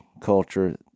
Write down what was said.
culture